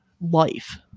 life